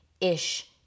ish